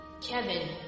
Kevin